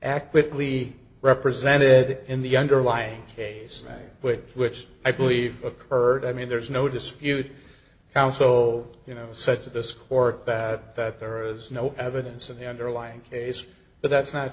act quickly represented in the underlying case which which i believe occurred i mean there is no dispute how so you know such as this corked bat that there is no evidence of the underlying case but that's not